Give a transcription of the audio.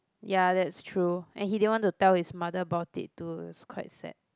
ya that's true and he didn't want to tell his mother about it too it was quite sad